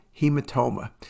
hematoma